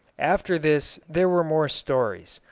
after this there were more stories.